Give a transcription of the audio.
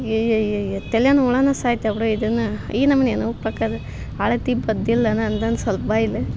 ಅಯ್ಯಯ್ಯಯ್ಯ ತಲ್ಯಾನ ಹುಳಾನ ಸಾಯ್ತಾವೆ ಬಿಡು ಇದನ್ನ ಈ ನಮ್ನಿಯನ ಉಪ್ಪು ಹಾಕದು ಅಳ್ತಿ ಬದ್ದಿಲ್ಲನ ಅಂದು ಸ್ವಲ್ಪ ಬೈದ್ಲು